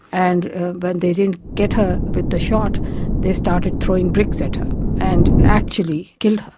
and when they didn't get her with the shot they started throwing bricks at her and actually killed her.